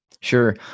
Sure